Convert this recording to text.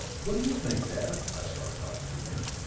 what do you think, dad? asked arcot, junior.